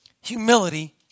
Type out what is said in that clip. humility